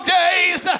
days